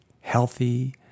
healthy